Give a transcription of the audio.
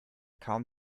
kaum